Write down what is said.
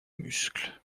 muscles